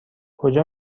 کجا